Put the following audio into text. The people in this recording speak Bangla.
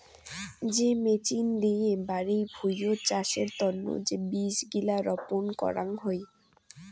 যে মেচিন দিয়ে বাড়ি ভুঁইয়ত চাষের তন্ন যে বীজ গিলা রপন করাং হই